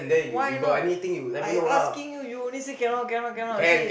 why not I asking you you only say cannot cannot cannot say